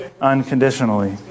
unconditionally